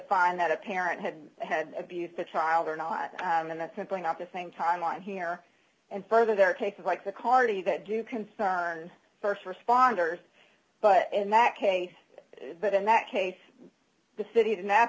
find that a parent had had abused a child or not and that's simply not the same timeline here and further there are cases like the carty that do concern st responders but in that case but in that case the city